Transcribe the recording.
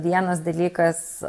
vienas dalykas